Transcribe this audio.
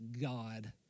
God